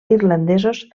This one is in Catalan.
irlandesos